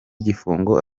igifungo